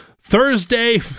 Thursday